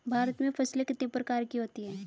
भारत में फसलें कितने प्रकार की होती हैं?